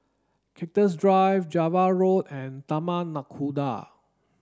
Cactus Drive Java Road and Taman Nakhoda